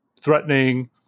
threatening